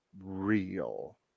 real